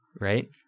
Right